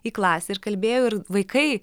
į klasę ir kalbėjau ir vaikai